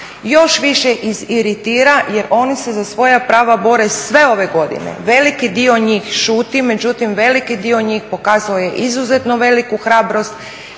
još više iritira, jer oni se za svoja prava bore sve ove godine. Veliki dio njih šuti, međutim veliki dio njih pokazao je izuzetno veliku hrabrost